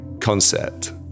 concept